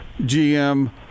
GM